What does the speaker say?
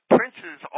Princes